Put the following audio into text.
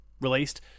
released